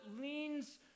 leans